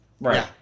Right